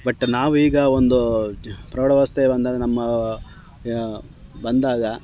but ನಾವೀಗ ಒಂದು ಪ್ರೌಢಾವಸ್ಥೆ ಬಂದಾಗ ನಮ್ಮ ಬಂದಾಗ